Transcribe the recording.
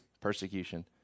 persecution